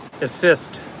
assist